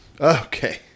Okay